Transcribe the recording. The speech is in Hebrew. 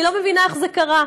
אני לא מבינה איך זה קרה.